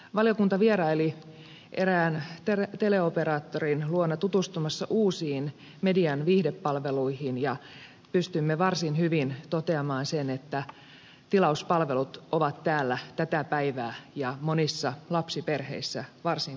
valiokunta vieraili erään teleoperaattorin luona tutustumassa uusiin median viihdepalveluihin ja pystymme varsin hyvin toteamaan sen että tilauspalvelut ovat täällä tätä päivää ja monissa lapsiperheissä varsin käytettyjä